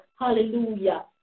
hallelujah